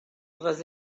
was